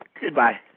Goodbye